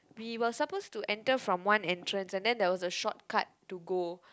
we were supposed to enter from one entrance and then there was a shortcut to go